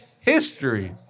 history